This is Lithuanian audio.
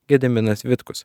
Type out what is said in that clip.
gediminas vitkus